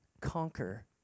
conquer